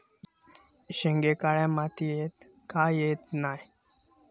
शेंगे काळ्या मातीयेत का येत नाय?